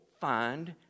find